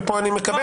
ופה אני מקבל.